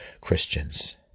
Christians